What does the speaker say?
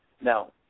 Now